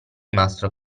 mastro